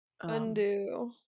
Undo